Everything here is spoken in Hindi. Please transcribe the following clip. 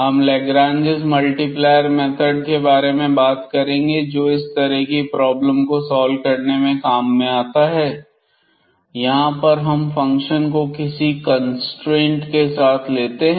हम लाग्रांज मल्टीप्लायर मेथड के बारे में बात करेंगे जो इस तरह की प्रॉब्लम को सॉल्व करने में काम आता है यहां पर हम फंक्शन को किसी कंस्ट्रेंट के साथ लेते हैं